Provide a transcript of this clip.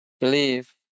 believe